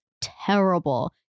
terrible